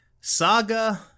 Saga